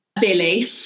Billy